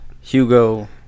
Hugo